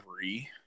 three